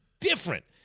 different